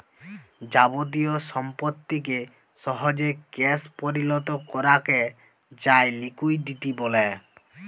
যাবতীয় সম্পত্তিকে সহজে ক্যাশ পরিলত করাক যায় লিকুইডিটি ব্যলে